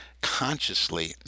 consciously